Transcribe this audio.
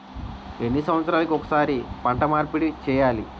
ఎన్ని సంవత్సరాలకి ఒక్కసారి పంట మార్పిడి చేయాలి?